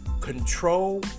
control